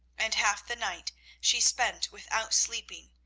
and half the night she spent without sleeping,